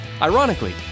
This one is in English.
Ironically